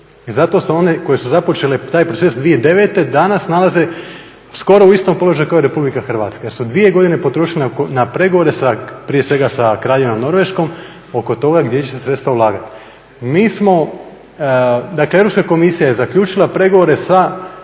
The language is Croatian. Zato su one koje su započele taj proces 2009. danas nalaze skoro u istom položaju kao i Republika Hrvatska, jer su dvije godine potrošile na pregovore sa, prije svega sa Kraljevinom Norveškom oko toga gdje će se sredstva ulagati. Mi smo, dakle Europska komisija je zaključila pregovore sa